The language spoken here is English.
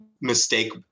mistake